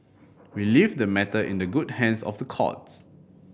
we leave the matter in the good hands of the courts